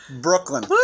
Brooklyn